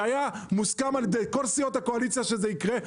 זה היה מוסכם על ידי כל סיעות הקואליציה שזה יקרה,